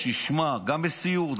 גם בסיור,